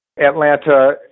Atlanta